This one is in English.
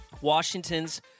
Washington's